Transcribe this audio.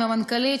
עם המנכ"לית,